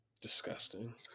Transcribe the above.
Disgusting